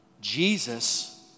Jesus